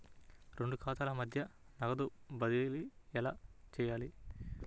రెండు ఖాతాల మధ్య నగదు బదిలీ ఎలా చేయాలి?